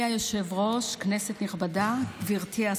בשם יושב-ראש ועדת העבודה והרווחה,